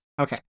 Okay